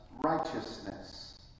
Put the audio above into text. righteousness